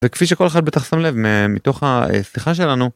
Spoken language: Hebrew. וכפי שכל אחד בטח שם לב מתוך השיחה שלנו,